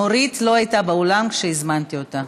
נורית לא הייתה באולם כשהזמנתי אותה.